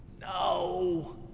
no